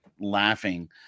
laughing